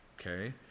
Okay